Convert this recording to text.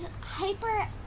Hyper